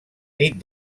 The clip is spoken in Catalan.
nit